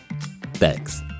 Thanks